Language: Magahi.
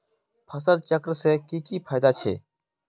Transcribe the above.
फसल चक्र से की की फायदा छे?